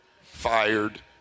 fired